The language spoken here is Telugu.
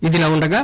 ఇదిలాఉండగా